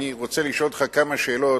אני רוצה לשאול אותך כמה שאלות.